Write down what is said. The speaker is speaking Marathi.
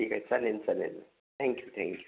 ठीक आहे चालेल चालेल थॅंक्यू थॅंक्यू